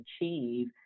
achieve